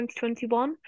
2021